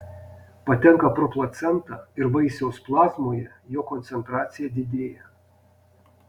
patenka pro placentą ir vaisiaus plazmoje jo koncentracija didėja